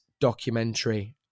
documentary